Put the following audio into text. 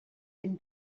been